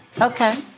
Okay